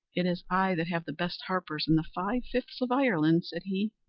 it is i that have the best harpers in the five-fifths of ireland, said he,